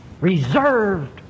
reserved